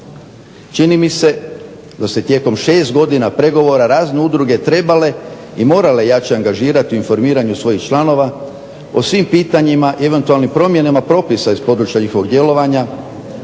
Čini mi se da su se tijekom 6 godina pregovora razne udruge trebale i morale jače angažirati u informiranju svojih članova o svim pitanjima i eventualnim promjenama propisa iz područja njihovog djelovanja,